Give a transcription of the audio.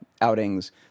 outings